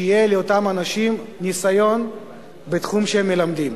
שיהיה לאותם אנשים ניסיון בתחום שהם מלמדים.